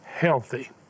healthy